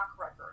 record